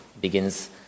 begins